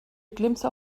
glimpse